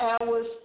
hours